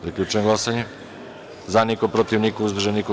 Zaključujem glasanje: za – niko, protiv – niko, uzdržanih – nema.